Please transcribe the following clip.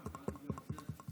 אדוני היושב-ראש,